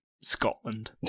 Scotland